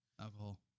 alcohol